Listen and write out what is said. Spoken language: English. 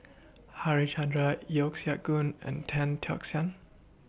Harichandra Yeo Siak Goon and Tan Tock San